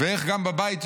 ואיך גם בבית,